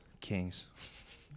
Kings